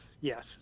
yes